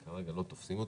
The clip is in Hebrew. כרגע לא תופסים אותה.